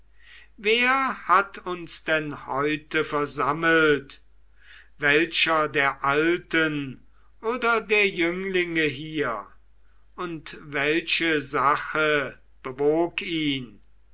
wer hat uns denn heute versammelt welcher der alten oder der jünglinge hier und welche sache bewog ihn